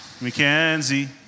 Mackenzie